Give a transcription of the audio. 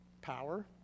Power